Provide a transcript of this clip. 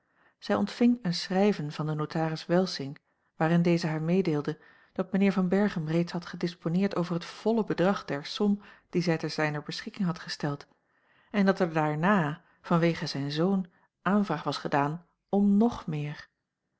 zij ontving een schrijven van den notaris welsink waarin deze haar meedeelde dat mijnheer van berchem reeds had gedisponeerd over het volle bedrag der som die zij te zijner beschikking had gesteld en dat er daarna vanwege zijn zoon aanvraag was gedaan om ng meer